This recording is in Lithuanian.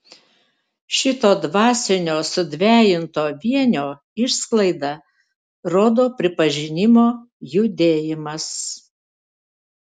šito dvasinio sudvejinto vienio išsklaidą rodo pripažinimo judėjimas